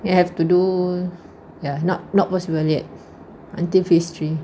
you have to do ya not not possible yet until phase three